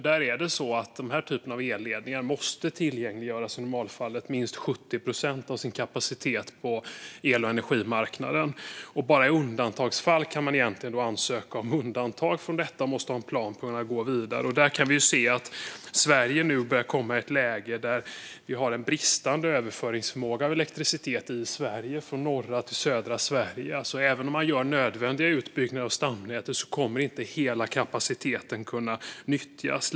När det gäller den här typen av elledningar måste man nämligen i normalfallet tillgängliggöra minst 70 procent av kapaciteten på el och energimarknaden. Bara i undantagsfall kan man ansöka om undantag från detta, och man måste ha en plan för hur man går vidare. Vi kan se att vi nu börjar komma i ett läge där vi har en bristande förmåga att överföra elektricitet i Sverige, från norra till södra Sverige. Även om man gör nödvändiga utbyggnader av stamnätet kommer inte hela kapaciteten att kunna nyttjas.